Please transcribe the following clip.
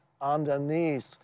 underneath